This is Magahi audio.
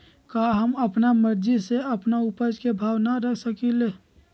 का हम अपना मर्जी से अपना उपज के भाव न रख सकींले?